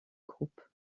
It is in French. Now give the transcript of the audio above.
groupe